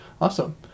awesome